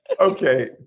Okay